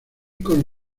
con